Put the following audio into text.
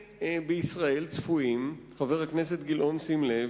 בישראל הם צפויים, חבר הכנסת גילאון, שים לב,